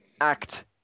act